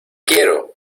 quiero